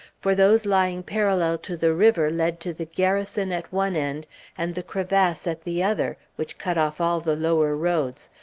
for those lying parallel to the river led to the garrison at one end and the crevasse at the other, which cut off all the lower roads,